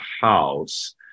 house